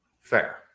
Fair